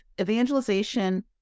evangelization